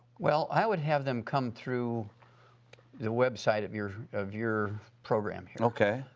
well, i would have them come through the website of your of your program here. okay.